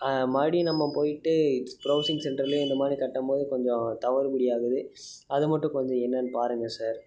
மறுபடியும் நம்ம போய்விட்டு ப்ரௌசிங் சென்டர்லேயே இந்த மாதிரி கட்டும் போது கொஞ்சம் தவறுபடி ஆகுது அது மட்டும் கொஞ்சம் என்னன்னு பாருங்கள் சார்